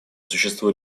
существу